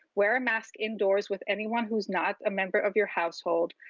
wear a mask indoors with anyone who's not a member of your household.